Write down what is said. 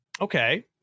Okay